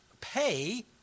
pay